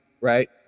right